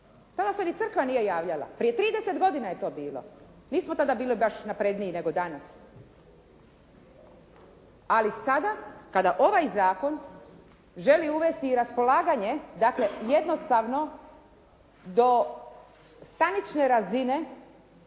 Tada se ni crkva nije javljala. Prije 30 godina je to bilo. Nismo tada bili baš napredniji nego danas. Ali sada kada ovaj zakon želi uvesti i raspolaganje, dakle jednostavno do stanične razine